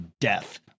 death